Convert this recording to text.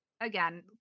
again